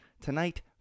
tonight